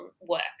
work